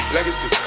Legacy